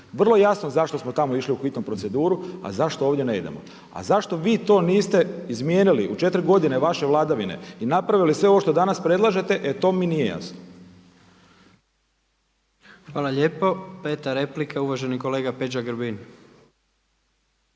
Vrlo je jasno zašto smo tamo išli u hitnu proceduru, a zašto ovdje ne idemo. A zašto vi to niste izmijenili u 4 godine vaše vladavine i napravili sve ovo što danas predlažete e to mi nije jasno. **Jandroković, Gordan (HDZ)** Hvala lijepo. Peta replika, uvaženi kolega Peđa Grbin.